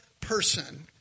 person